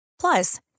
Plus